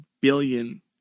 billion